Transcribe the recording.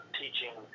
teaching